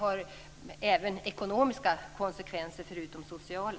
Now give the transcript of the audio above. Det har ekonomiska konsekvenser, förutom sociala.